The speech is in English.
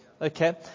Okay